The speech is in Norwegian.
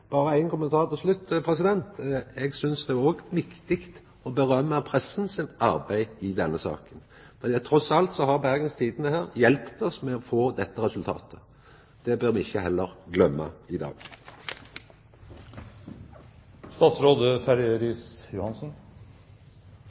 Berre ein kommentar til slutt: Eg synest òg det er viktig å rosa pressa sitt arbeid i denne saka. Trass i alt har Bergens Tidende her hjelpt oss til å få dette resultatet. Det bør me heller ikkje gløyma i